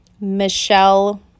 Michelle